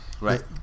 Right